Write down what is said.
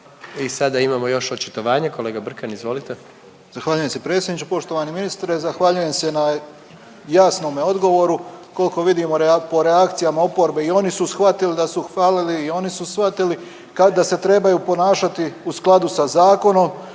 I sada imamo još očitovanje kolega Brkan, izvolite. **Brkan, Jure (HDZ)** Zahvaljujem se predsjedniče, poštovani ministre. Zahvaljujem se na jasnome odgovoru. Koliko vidimo po reakcijama oporbe i oni su shvatili da su falili i oni su shvatili kada se trebaju ponašati u skladu sa zakonom.